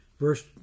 verse